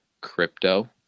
crypto